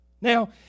Now